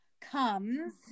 comes